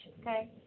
okay